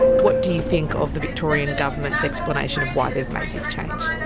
what do you think of the victorian government's explanation of why they have made this change?